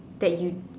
that you